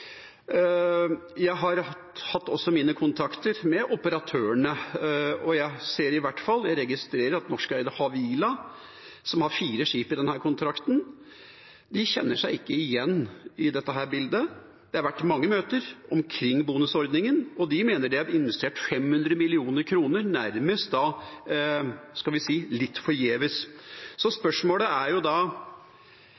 Jeg har også hatt mine kontakter med operatørene, og jeg registrerer at norskeide Havila, som har fire skip i denne kontrakten, ikke kjenner seg igjen i dette bildet. Det har vært mange møter omkring bonusordningen, og de mener at de har investert 500 mill. kr nærmest litt forgjeves. Spørsmålet er da: